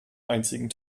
einzigen